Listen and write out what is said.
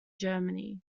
germany